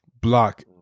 block